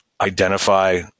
identify